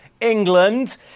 England